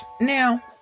Now